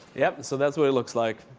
yeah, so that's what it looks like.